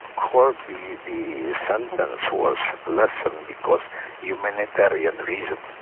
corby, the sentence was lessened because humanitarian reason.